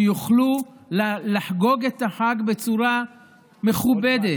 שיוכלו לחגוג את החג בצורה מכובדת.